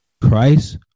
Christ